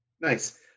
Nice